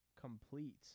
complete